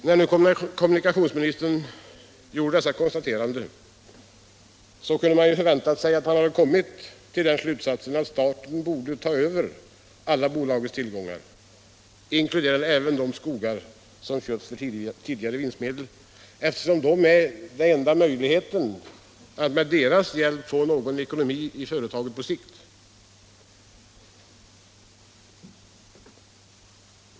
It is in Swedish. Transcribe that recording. När nu kommunikationsministern gör dessa konstateranden, så kunde man förvänta sig att han kommit till den slutsatsen att staten borde överta alla bolagets tillgångar inkl. de skogar som köpts för tidigare vinstmedel, eftersom detta är enda möjligheten att få någon ekonomi i företaget på sikt.